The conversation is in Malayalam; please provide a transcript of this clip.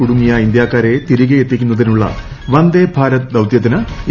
കുടുങ്ങിയ ഇന്ത്യക്കാരെ തിരികെ എത്തിക്കുന്നതിനുള്ള വന്ദേ ഭാരത് ദൌത്യത്തിന് ഇന്ന് തുടക്കം